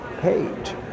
page